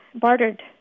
bartered